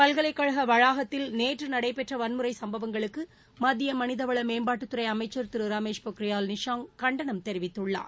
பல்கலைக்கழக வளாகத்தில் நேற்று நடைபெற்ற வன்முறை சம்பவங்களுக்கு மத்திய மனித வள மேம்பாட்டுத்துறை அமைச்சர் திரு ரமேஷ் பொக்கிரியால் நிஷாங் கண்டனம் தெரிவித்துள்ளார்